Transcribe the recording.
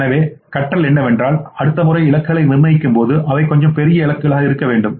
எனவே கற்றல் என்னவென்றால் அடுத்த முறை நாம் இலக்குகளை நிர்ணயிக்கும் போது அவை கொஞ்சம் பெரிய இலக்குகளாக இருக்க வேண்டும்